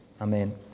Amen